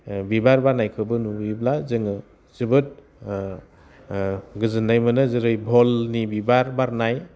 बिबार बारनायखौबो नुयोब्ला जोङो जोबोद गोजोन्नाय मोनो जेरै भलनि बिबार बारनाय